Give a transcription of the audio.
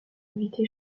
invité